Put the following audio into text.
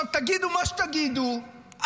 עכשיו תגידו מה שתגידו,